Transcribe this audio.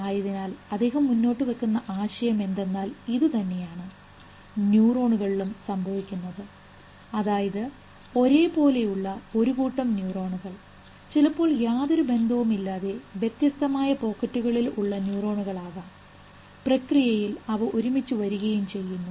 ആയതിനാൽ അദ്ദേഹം മുന്നോട്ടുവെക്കുന്ന ആശയം എന്തെന്നാൽ ഇതുതന്നെയാണ് ന്യൂറോണുകളിലും സംഭവിക്കുന്നത് അതായത് ഒരേ പോലുള്ള ഒരു കൂട്ടം ന്യൂറോണുകൾ ചിലപ്പോൾ യാതൊരു ബന്ധവുമില്ലാതെ വ്യത്യസ്തമായ പോക്കറ്റുകളിൽ ഉള്ള ന്യൂറോണുകൾ ആകാം പ്രക്രിയയിൽ അവ ഒരുമിച്ചു വരികയും ചെയ്യുന്നു